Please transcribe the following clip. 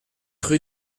rue